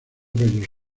bellos